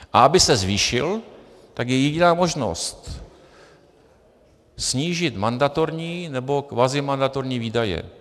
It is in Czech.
A aby se zvýšil, tak je jediná možnost snížit mandatorní nebo kvazimandatorní výdaje.